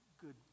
good